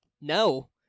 no